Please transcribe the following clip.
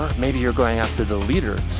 maybe you're going after the leader,